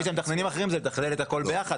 והתפקיד של מתכננים אחרים הוא לתכנן את הכול ביחד,